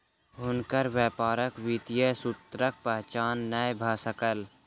हुनकर व्यापारक वित्तीय सूत्रक पहचान नै भ सकल